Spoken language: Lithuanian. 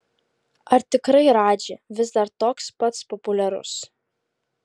ar tikrai radži vis dar toks pats populiarus